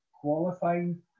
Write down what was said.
qualifying